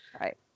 Right